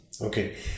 Okay